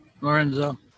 Lorenzo